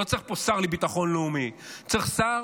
לא צריך פה שר לביטחון לאומי, צריך שר